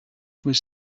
was